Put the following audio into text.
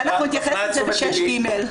נתייחס לזה ב-6ג.